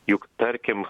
juk tarkim